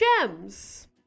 gems